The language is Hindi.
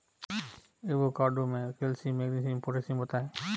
एवोकाडो में कैल्शियम मैग्नीशियम पोटेशियम होता है